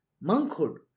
monkhood